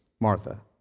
Martha